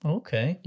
okay